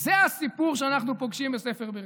זה הסיפור שאנחנו פוגשים בספר בראשית,